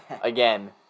Again